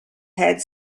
had